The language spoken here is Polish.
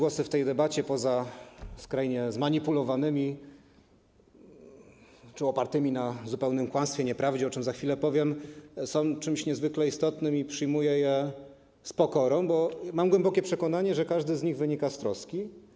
Poza tymi skrajnie zmanipulowanymi czy opartymi na zupełnym kłamstwie, nieprawdzie, o czym za chwilę powiem, są czymś niezwykle istotnym i przyjmuję je z pokorą, bo mam głębokie przekonanie, że każdy z nich wynika z troski.